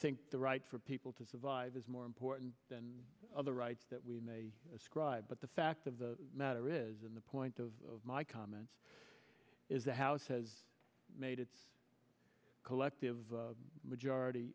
think the right for people to survive is more important than other rights that we may ascribe but the fact of the matter is the point of my comments is the house has made its collective majority